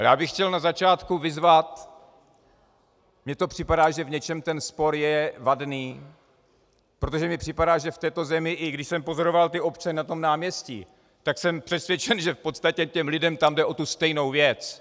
Já bych chtěl na začátku vyzvat mně to připadá, že v něčem ten spor je vadný, protože mně připadá, že v této zemi, i když jsem pozoroval občany na tom náměstí, tak jsem přesvědčen, že v podstatě těm lidem tam jde o stejnou věc.